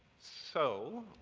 so,